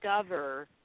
discover